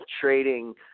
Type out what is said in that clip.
trading